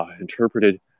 interpreted